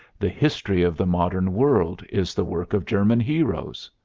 the history of the modern world is the work of german heroes.